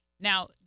Now